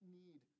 need